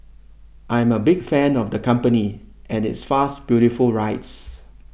I am a big fan of the company and its fast beautiful rides